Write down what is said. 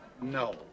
No